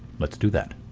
let's do that.